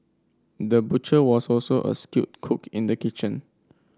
the butcher was also a skilled cook in the kitchen